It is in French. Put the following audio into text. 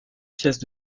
pièces